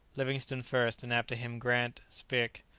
livingstone first, and after him, grant, speke,